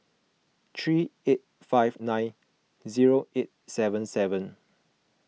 three eight five nine zero eight seven seven